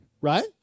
Right